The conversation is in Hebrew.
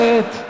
איילת,